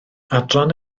adran